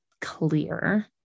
clear